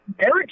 Eric